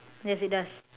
yes it does